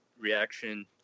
reaction